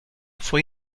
fue